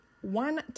one